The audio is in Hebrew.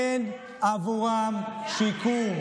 אין עבורם שיקום.